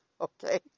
okay